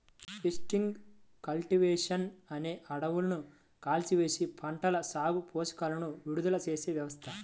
shifting cultivation అనేది అడవులను కాల్చివేసి, పంటల సాగుకు పోషకాలను విడుదల చేసే వ్యవస్థ